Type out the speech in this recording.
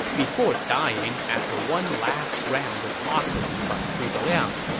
before dying after one last round of mockery by zhuge liang.